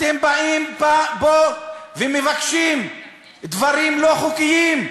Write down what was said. אתם באים פה ומבקשים דברים לא חוקיים,